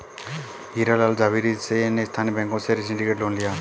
हीरा लाल झावेरी ने स्थानीय बैंकों से सिंडिकेट लोन लिया